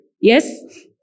yes